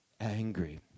angry